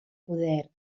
poder